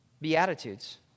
Beatitudes